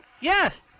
Yes